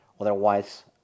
Otherwise